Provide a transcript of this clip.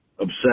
Obsession